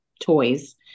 toys